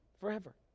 forever